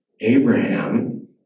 Abraham